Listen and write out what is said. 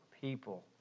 people